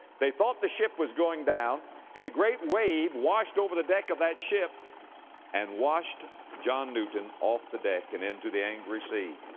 they thought the ship was going down a great wave washed over the deck of that ship and washed john newton off the deck and into the angry sea.